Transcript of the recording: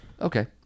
Okay